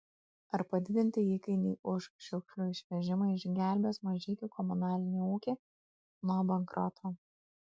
ar padidinti įkainiai už šiukšlių išvežimą išgelbės mažeikių komunalinį ūkį nuo bankroto